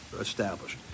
established